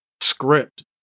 script